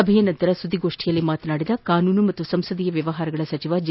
ಸಭೆ ಬಳಿಕ ಸುದ್ದಿಗೋಷ್ಠಿಯಲ್ಲಿ ಮಾತನಾಡಿದ ಕಾನೂನು ಮತ್ತು ಸಂಸದೀಯ ವ್ಯವಹಾರಗಳ ಸಚಿವ ಜೆ